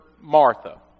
Martha